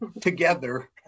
together